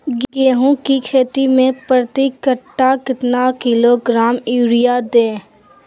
गेंहू की खेती में प्रति कट्ठा कितना किलोग्राम युरिया दे?